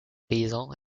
paysans